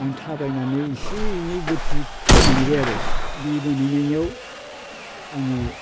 आं थाबायनानै इसे एनै बोथि खोथा मोनहैबाय आरो बे मोनहैनायाव आङो